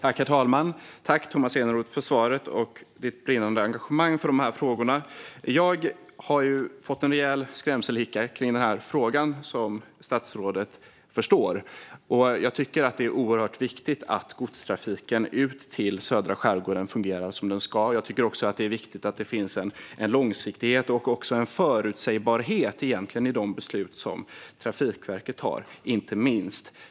Herr talman! Jag tackar Tomas Eneroth för svaret och för hans brinnande engagemang för de här frågorna. Jag har fått en rejäl skrämselhicka av den här frågan, som statsrådet förstår. Jag tycker att det är oerhört viktigt att godstrafiken ut till södra skärgården fungerar som den ska. Jag tycker inte minst att det är viktigt att det finns en långsiktighet och en förutsägbarhet i de beslut som Trafikverket tar.